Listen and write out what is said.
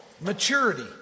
Maturity